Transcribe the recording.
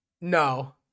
no